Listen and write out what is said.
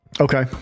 Okay